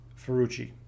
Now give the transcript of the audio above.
Ferrucci